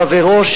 חברו,